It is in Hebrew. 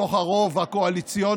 בתוך הרוב הקואליציוני,